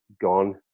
gone